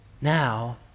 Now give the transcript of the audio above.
Now